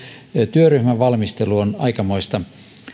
työryhmän valmistelu on aikamoista